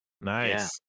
Nice